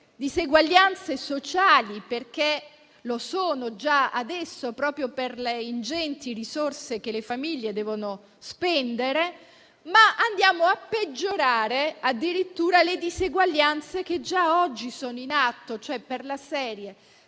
diseguaglianze sociali (che ci sono già adesso, proprio per le ingenti risorse che le famiglie devono spendere). Andiamo addirittura a peggiorare le diseguaglianze che già oggi sono in atto: per la serie, se